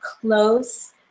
close